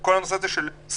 ובכל הנושא הזה של סמויים,